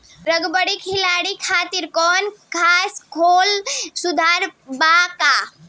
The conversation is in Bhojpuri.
रग्बी खिलाड़ी खातिर कौनो खास लोन सुविधा बा का?